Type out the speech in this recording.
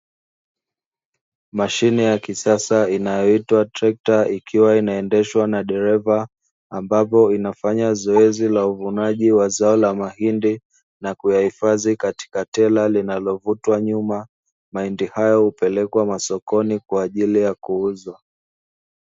Mashine ya kisasa inayoitwa trekta ikiwa inaendeshwa na dereva ambapo inafanya zoezi la uvunaji wa zao la mahindi na kuyahifadhi katika tela linalovutwa nyuma, mahindi hayo hupelekwa masokoni kwa ajili ya kuuzwa.